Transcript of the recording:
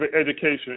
education